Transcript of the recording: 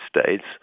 States